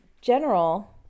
general